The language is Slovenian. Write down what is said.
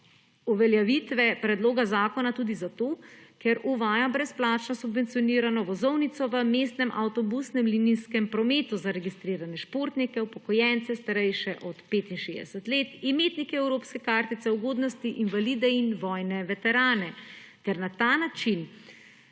uveljavitve predloga zakona tudi zato, ker uvaja brezplačno subvencionirano vozovnico v mestnem avtobusnem linijskem prometu za registrirane športnike, upokojence, starejše od 65 let, imetnike evropske kartice, ugodnosti, invalide in vojne veterane ker na ta način